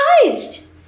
surprised